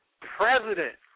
President